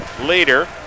later